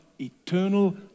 Eternal